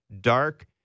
dark